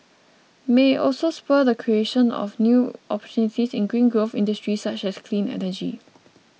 may also spur the creation of new opportunities in green growth industries such as clean energy